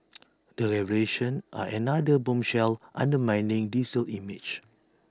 the revelations are another bombshell undermining diesel's image